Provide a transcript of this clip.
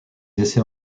essais